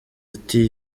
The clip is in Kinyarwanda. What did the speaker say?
ati